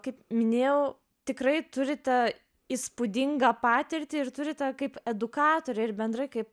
kaip minėjau tikrai turite įspūdingą patirtį ir turite kaip edukatorė ir bendrai kaip